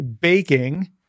baking